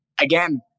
Again